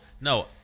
no